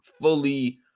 fully